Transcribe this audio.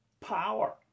power